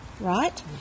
right